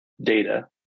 data